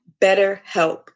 BetterHelp